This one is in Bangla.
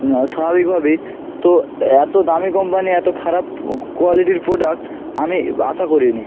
না স্বাভাবিকভাবেই তো এত দামি কোম্পানি এত খারাপ কোয়ালিটির প্রোডাক্ট আমি আশা করি নি